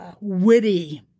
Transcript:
witty